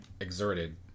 exerted